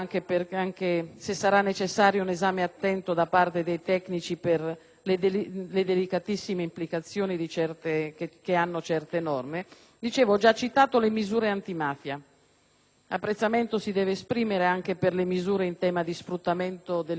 le delicatissime implicazioni che hanno - le misure antimafia, ma apprezzamento si deve esprimere anche per le misure in tema di sfruttamento dell'immigrazione clandestina e di tratta degli immigrati.